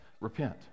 repent